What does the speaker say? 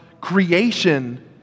creation